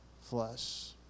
flesh